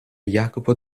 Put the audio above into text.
jacopo